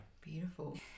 Beautiful